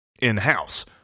in-house